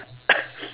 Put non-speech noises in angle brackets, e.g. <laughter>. <coughs>